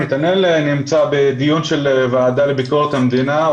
נתנאל נמצא בדיון של הוועדה לביקורת המדינה,